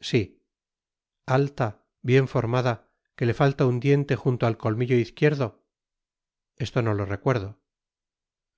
si alta bien formada que le fatta un diente junto al colmillo izquierdo esto no lo recuerdo